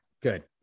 good